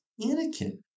Anakin